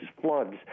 floods